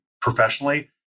professionally